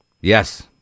Yes